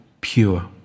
pure